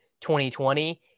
2020